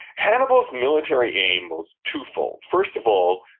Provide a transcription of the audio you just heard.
hannibal's military aim was twofold. first of all,